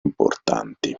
importanti